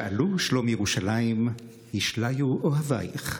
שאלו שלום ירושלם, ישליו אהביך.